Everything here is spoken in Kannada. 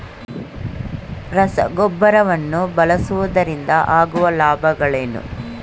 ರಸಗೊಬ್ಬರವನ್ನು ಬಳಸುವುದರಿಂದ ಆಗುವ ಲಾಭಗಳೇನು?